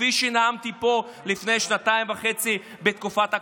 כפי שנאמתי פה לפני שנתיים וחצי בתקופת הקורונה.